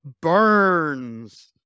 burns